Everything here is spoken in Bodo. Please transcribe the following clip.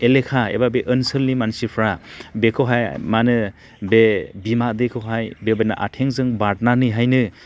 एलेखा एबा बे ओनसोलनि मानसिफ्रा बेखौहाय माहोनो बे बिमा दैखौहाय बेबायदिनो आथिंजों बारनानैहायनो